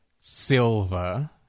Silver